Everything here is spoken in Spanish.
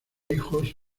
hijos